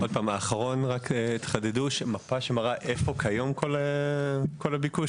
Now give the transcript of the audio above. מפה שמראה היום את הביקוש?